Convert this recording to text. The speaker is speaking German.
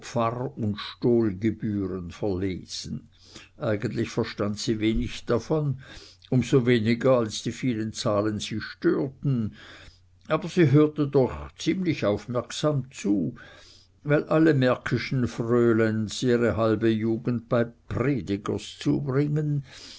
und stolgebühren vorlesen eigentlich verstand sie wenig davon um so weniger als die vielen zahlen sie störten aber sie hörte doch ziemlich aufmerksam zu weil alle märkischen frölens ihre halbe jugend bei predigers zubringen